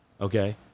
okay